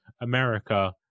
America